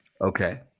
Okay